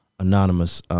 Anonymous